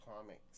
comics